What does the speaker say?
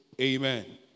Amen